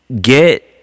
get